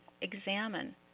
examine